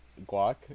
Guac